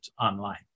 online